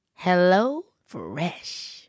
HelloFresh